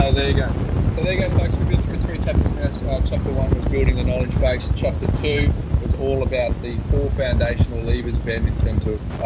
there you go. so there you go folks. we've been through three chapters. nurse chapter one was building the knowledge base. chapter two was all about the four foundational leave has been in terms of